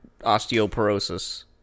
osteoporosis